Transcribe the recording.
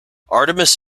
artemis